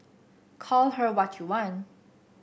call her what you want